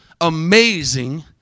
amazing